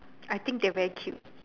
I think they very cute